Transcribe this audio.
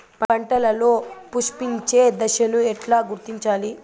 పంటలలో పుష్పించే దశను ఎట్లా గుర్తించాలి?